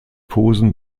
posen